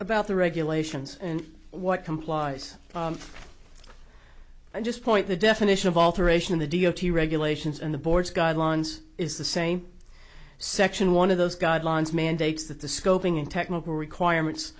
about the regulations and what complies i just point the definition of alteration in the d o t regulations and the board's guidelines is the same section one of those guidelines mandates that the scoping in technical requirements